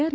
R